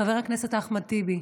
חבר הכנסת אחמד טיבי,